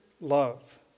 love